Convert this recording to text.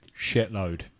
shitload